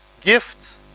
gifts